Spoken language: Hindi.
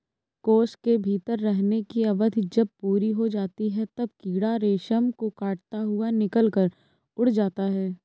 कोश के भीतर रहने की अवधि जब पूरी हो जाती है, तब कीड़ा रेशम को काटता हुआ निकलकर उड़ जाता है